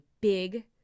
big